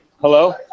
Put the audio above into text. Hello